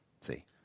See